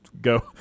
go